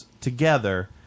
together